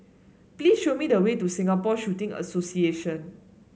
please show me the way to Singapore Shooting Association